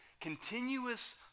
continuous